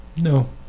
no